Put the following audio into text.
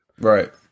Right